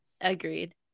Agreed